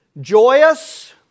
Joyous